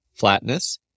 Flatness